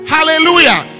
Hallelujah